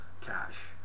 cash